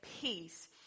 peace